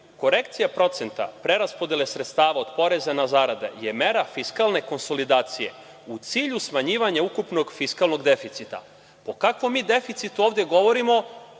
korekcija procenta preraspodele sredstava od poreza na zarade je mera fiskalne konsolidacije u cilju smanjivanja ukupno fiskalnog deficita.O kakvom mi deficitu ovde govorimo,